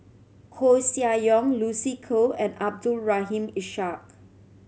Koeh Sia Yong Lucy Koh and Abdul Rahim Ishak